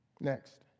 Next